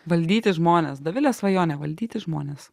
valdyti žmones dovilės svajonė valdyti žmones